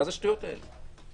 מה זה השטויות האלה?